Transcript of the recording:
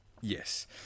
Yes